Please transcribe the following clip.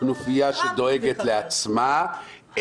כנופייה שדואגת לעצמה,